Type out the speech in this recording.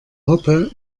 hoppe